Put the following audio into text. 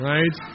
Right